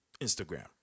Instagram